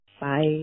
Bye